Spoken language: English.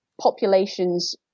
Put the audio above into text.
populations